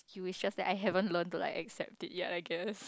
you will shut that I haven't learn to like accept it yeah I guess